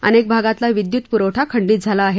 अनेक भागातला विद्युत पुरवठा खंडित झाला आहे